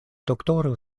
doktoro